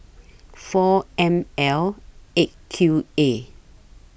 four M L eight Q A